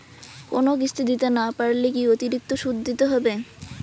কোনো কিস্তি দিতে না পারলে কি অতিরিক্ত সুদ দিতে হবে?